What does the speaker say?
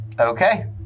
Okay